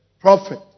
prophet